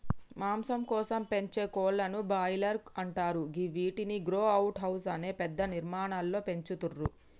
మాంసం కోసం పెంచే కోళ్లను బ్రాయిలర్స్ అంటరు గివ్విటిని గ్రో అవుట్ హౌస్ అనే పెద్ద నిర్మాణాలలో పెంచుతుర్రు